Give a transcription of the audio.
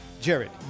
jared